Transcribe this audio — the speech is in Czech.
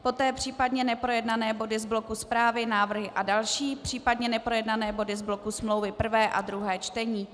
Poté případně neprojednané body z bloku zprávy, návrhy a další, případně neprojednané body z bloku smlouvy, prvé a druhé čtení.